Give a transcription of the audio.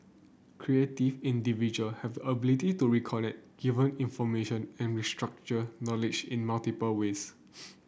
creative individual have ability to reconnect given information and restructure knowledge in multiple ways